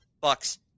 Bucks